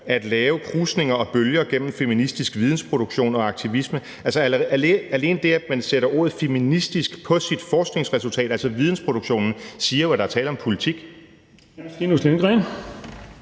»At lave krusninger og bølger gennem feministisk vidensproduktion og aktivisme«. Altså, alene det, at man sætter ordet feministisk på sit forskningsresultat, altså vidensproduktionen, siger jo, at der er tale om politik.